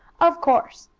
of course,